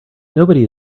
nobody